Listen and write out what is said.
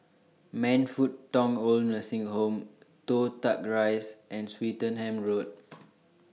Man Fut Tong Oid Nursing Home Toh Tuck Rise and Swettenham Road